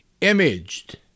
imaged